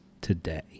today